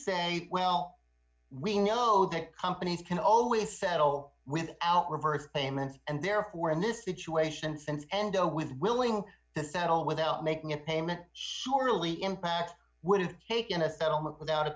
say well we know that companies can always said no without reverse payments and therefore in this situation since endo with willing to settle without making a payment surely impact would have taken a settlement without a